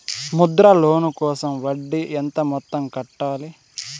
Mudra loan కోసం వడ్డీ ఎంత మొత్తం కట్టాలి